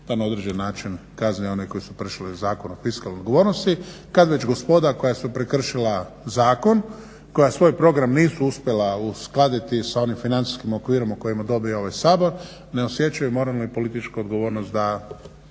na određen način kazni one koji su prešli u Zakon o fiskalnoj odgovornosti kad već gospoda koja su prekršila zakon, koja svoj program nisu uspjela uskladiti sa onim financijskim okvirom o kojemu odobri ovaj Sabor ne osjećaju moralnu i političku odgovornost da